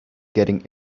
getting